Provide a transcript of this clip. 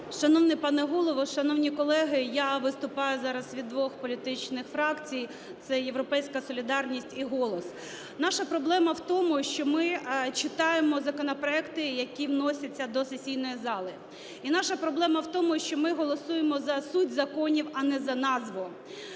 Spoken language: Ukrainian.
Шановний пане Голово, шановні колеги, я виступаю зараз від двох політичних фракцій – це "Європейська солідарність" і "Голос". Наша проблема в тому, що ми читаємо законопроекти, які вносяться до сесійної зали, і наша проблема в тому, що ми голосуємо за суть законів, а не за назву.